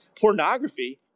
pornography